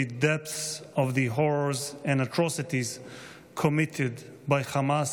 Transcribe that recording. depths of the horrors and atrocities committed by Hamas